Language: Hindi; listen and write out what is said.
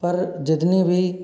पर जितने भी